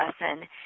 lesson